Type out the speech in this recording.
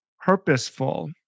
purposeful